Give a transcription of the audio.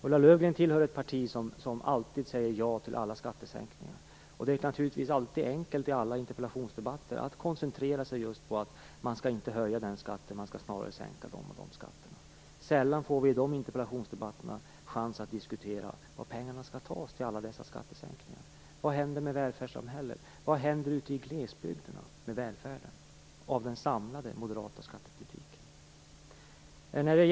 Ulla Löfgren tillhör ett parti som alltid säger ja till alla skattesänkningar, och det är naturligtvis alltid enkelt att i interpellationsdebatter koncentrera sig på att man inte skall höja en viss skatt utan snarare sänka några andra skatter. Sällan får vi i de interpellationsdebatterna chans att diskutera var pengarna skall tas till alla dessa skattesänkningar. Vad händer med välfärdssamhället? Vad händer ute i glesbygderna med välfärden? Vad blir resultatet av den samlade moderata skattepolitiken?